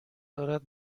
دارد